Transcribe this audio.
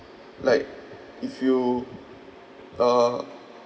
like if you uh